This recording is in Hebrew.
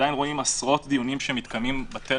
אמרנו בדיוק אותו דבר - הרי תכניסו 400,000 איש לבידוד?